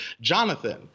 Jonathan